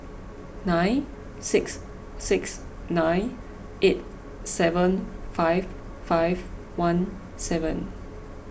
nine six six nine eight seven five five one seven